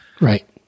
Right